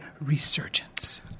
Resurgence